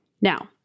now